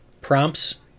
prompts